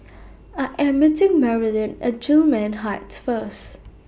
I Am meeting Marilyn At Gillman Heights First